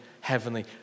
heavenly